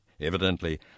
evidently